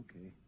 Okay